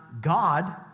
God